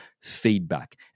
feedback